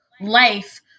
life